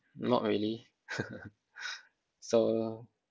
not really so